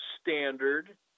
standard